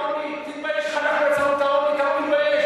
אנחנו יצרנו את העוני?